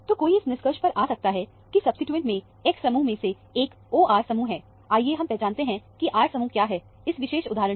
तो कोई इस निष्कर्ष पर आ सकता है कि सब्सीट्यूशन में X समूह में से एक OR समूह है आइए हम पहचानते हैं कि R समूह क्या है इस विशेष उदाहरण में